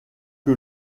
que